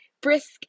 brisk